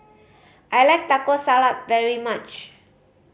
I like Taco Salad very much